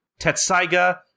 Tetsaiga